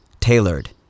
tailored